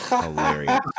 Hilarious